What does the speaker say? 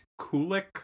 Kulik